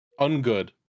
Ungood